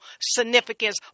significance